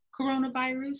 coronavirus